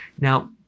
Now